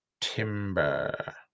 timber